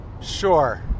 Sure